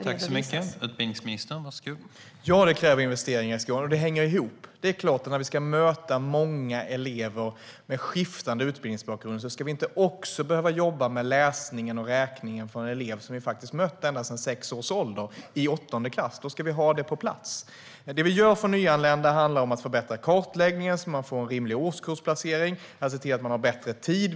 Herr talman! Ja, det kräver investeringar i skolan, och det här hänger ihop. Det är klart att när vi ska möta många elever med skiftande utbildningsbakgrund ska vi inte också behöva jobba med läsningen och räkningen för en elev i åttonde klass som vi faktiskt har mött ända sedan sex års ålder. Då ska vi ha det på plats. Det vi gör för nyanlända handlar om att förbättra kartläggningen så att man får en rimlig årskursplacering och har mer tid.